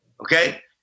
okay